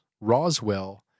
Roswell